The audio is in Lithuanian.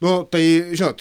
nu tai žinot